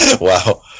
Wow